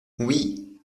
oui